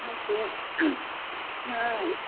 हाँ हाँ